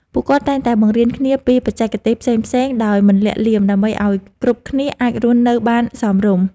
ពួកគាត់តែងតែបង្រៀនគ្នាពីបច្ចេកទេសផ្សេងៗដោយមិនលាក់លៀម ដើម្បីឱ្យគ្រប់គ្នាអាចរស់នៅបានសមរម្យ។